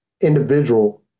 individual